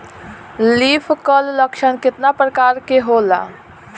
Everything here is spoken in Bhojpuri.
लीफ कल लक्षण केतना परकार के होला?